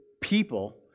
people